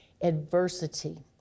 adversity